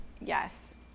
yes